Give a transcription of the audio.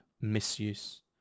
misuse